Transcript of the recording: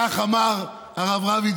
כך אמר הרב רביץ,